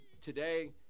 Today